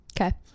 Okay